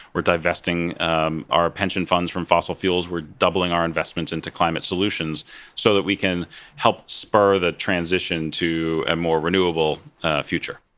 we're divesting um our pension funds from fossil fuels. we're doubling our investments into climate solutions so that we can help spur the transition to a more renewable future.